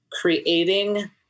creating